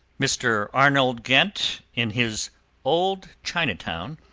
mr. arnold genthe, in his old chinatown,